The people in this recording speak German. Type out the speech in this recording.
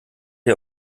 ihr